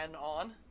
on